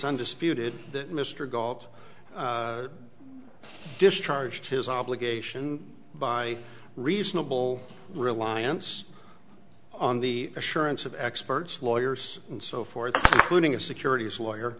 undisputed that mr gault discharge his obligation by reasonable reliance on the assurance of experts lawyers and so forth winning a securities lawyer